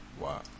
Wow